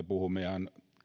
puhumme